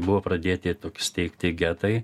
buvo pradėti steigti getai